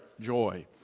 joy